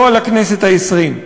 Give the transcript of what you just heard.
לא על הכנסת העשרים.